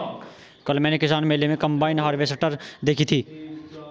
कल मैंने किसान मेले में कम्बाइन हार्वेसटर देखी थी